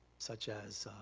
such as